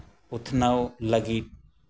ᱩᱛᱱᱟᱹᱣ ᱞᱟᱹᱜᱤᱫ